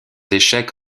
échecs